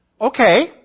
Okay